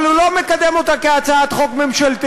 אבל הוא לא מקדם אותה כהצעת חוק ממשלתית,